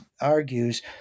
argues